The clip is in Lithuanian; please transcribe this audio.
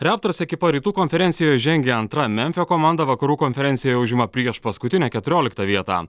raptors ekipa rytų konferencijoje žengia antra memfio komanda vakarų konferencijoje užima priešpaskutinę keturioliktą vietą